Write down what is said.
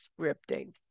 scripting